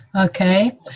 okay